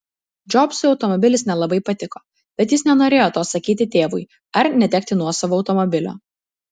džobsui automobilis nelabai patiko bet jis nenorėjo to sakyti tėvui ar netekti nuosavo automobilio